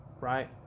right